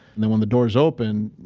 and then when the doors open,